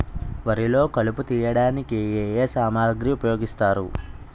వరిలో కలుపు తియ్యడానికి ఏ ఏ సామాగ్రి ఉపయోగిస్తారు?